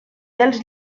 dels